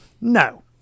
No